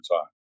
time